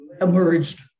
emerged